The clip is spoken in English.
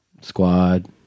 Squad